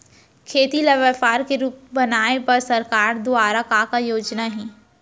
खेती ल व्यापार के रूप बनाये बर सरकार दुवारा का का योजना हे?